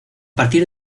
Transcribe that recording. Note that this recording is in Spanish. partir